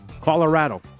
Colorado